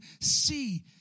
see